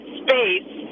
space